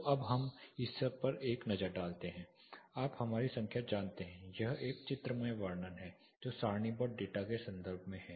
तो अब हम इस पर एक नज़र डालते हैं कि आप हमारी संख्या जानते हैं यह एक चित्रमय वर्णन है जो सारणीबद्ध डेटा के संदर्भ में है